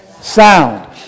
Sound